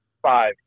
Five